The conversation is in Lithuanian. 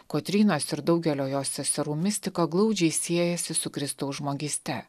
kotrynos ir daugelio jos seserų mistika glaudžiai siejasi su kristaus žmogyste